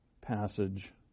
passage